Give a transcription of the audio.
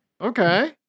Okay